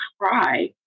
cry